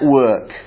work